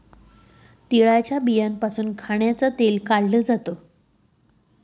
तिळाच्या बियांपासून खाण्याचं तेल काढल जात